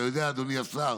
אתה יודע, אדוני השר,